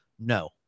No